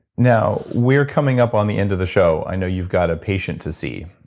now, we're coming up on the end of the show. i know you've got a patient to see.